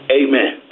amen